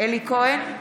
אלי כהן,